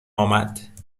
آمد